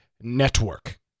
Network